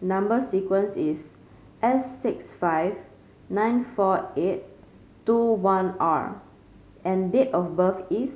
number sequence is S six five nine four eight two one R and date of birth is